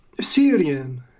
Syrian